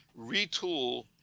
retool